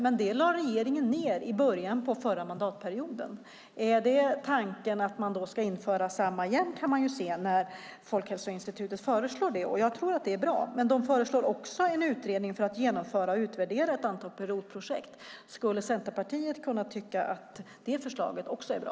Men det lade regeringen ned i början av förra mandatperioden. Är tanken att man ska införa samma sak igen när Folkhälsoinstitutet föreslår det? Jag tror att det är bra. Men man föreslår också en utredning för att genomföra och utvärdera ett antal pilotprojekt. Tycker Centerpartiet att det förslaget också är bra?